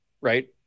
right